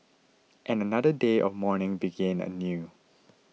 and another day of mourning began anew